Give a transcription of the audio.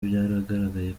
byagaragaye